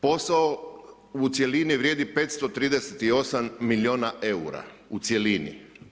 Posao u cjelini vrijedi 538 milijuna eura, u cjelini.